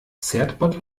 certbot